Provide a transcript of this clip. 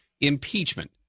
impeachment